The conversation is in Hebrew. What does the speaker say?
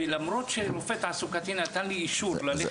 למרות שרופא תעסוקתי נתן לי אישור ללכת